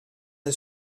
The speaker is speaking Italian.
del